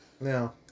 No